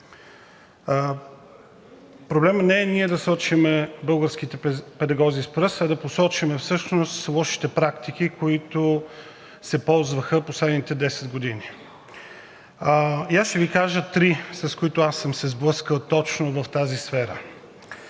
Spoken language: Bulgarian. Проблемът не е ние да сочим българските педагози с пръст, а да посочим всъщност лошите практики, които се ползваха в последните 10 години. И ще Ви кажа три, с които аз съм се сблъскал точно в тази сфера.